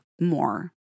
more